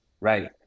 right